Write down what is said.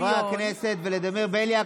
חבר הכנסת ולדימיר בליאק,